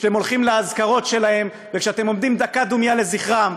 כשאתם הולכים לאזכרות שלהם וכשאתם עומדים דקה דומייה לזכרם.